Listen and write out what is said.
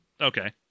Okay